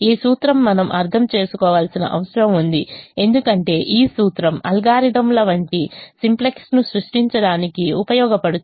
ఈ సూత్రం మనం అర్థం చేసుకోవాల్సిన అవసరం ఉంది ఎందుకంటే ఈ సూత్రం అల్గోరిథంల వంటి సింప్లెక్స్ను సృష్టించడానికి ఉపయోగపడుతుంది